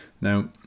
Now